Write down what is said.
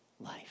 life